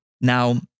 Now